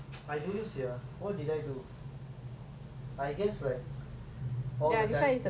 I guess like all the time all all the time I make fun of people